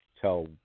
tell